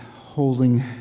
holding